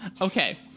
Okay